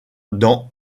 dans